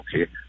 Okay